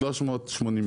380 מיליון.